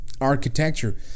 architecture